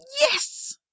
Yes